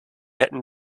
hätten